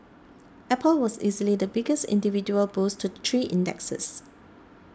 apple was easily the biggest individual boost to three indexes